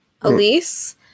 Elise